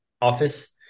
office